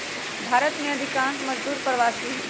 भारत में अधिकांश मजदूर प्रवासी हई